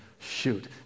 shoot